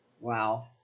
Wow